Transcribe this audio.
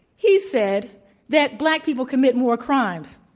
he said that black people commit more crimes.